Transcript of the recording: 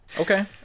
Okay